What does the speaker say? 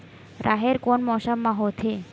राहेर कोन मौसम मा होथे?